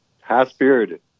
High-spirited